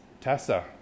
Tessa